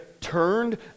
turned